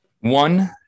one